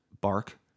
bark